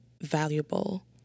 valuable